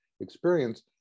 experience